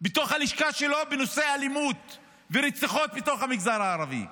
בתוך הלשכה שלו בנושא אלימות ורציחות בתוך המגזר הערבי,